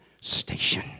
station